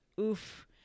oof